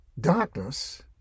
darkness